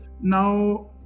now